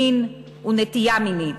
מין ונטייה מינית.